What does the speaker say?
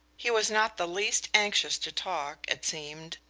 he was not the least anxious to talk, it seemed,